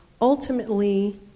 ultimately